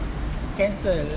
cancel